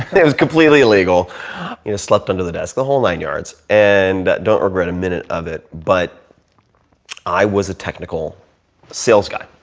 it was completely illegal. i slept under the desk, the whole nine yards and don't regret a minute of it but i was a technical sales guy.